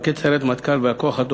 מפקד סיירת מטכ"ל והכוח התוקף,